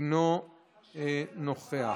אינו נוכח.